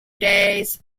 days